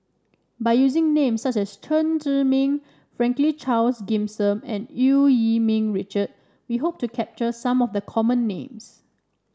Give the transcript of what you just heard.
by using names such as Chen Zhiming Franklin Charles Gimson and Eu Yee Ming Richard we hope to capture some of the common names